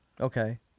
Okay